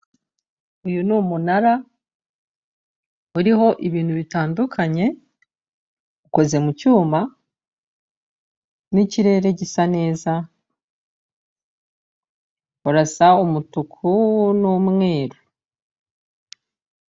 Uyu ni umunara, uriho ibintu bitandukanye, ukoze mu cyuma n'ikirere gisa neza, urasa umutuku n'umweru.